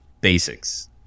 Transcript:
basics